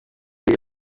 biri